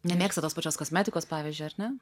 nemėgsta tos pačios kosmetikos pavyzdžiui ar ne